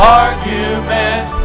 argument